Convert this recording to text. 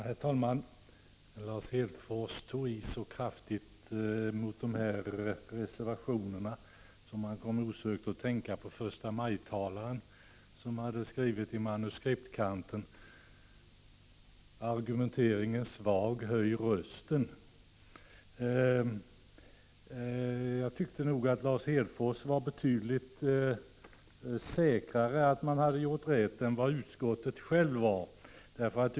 Herr talman! Lars Hedfors tog i så kraftigt mot reservationerna att man osökt kom att tänka på förstamajtalaren, som i kanten på manuskriptet hade skrivit: Argumenteringen svag, höj rösten. Jag tycker att Lars Hedfors verkade betydligt mer säker på att man hade gjort rätt än vad som var fallet inom utskottet.